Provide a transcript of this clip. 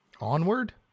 Onward